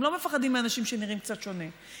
הם לא מפחדים מאנשים שנראים קצת שונה.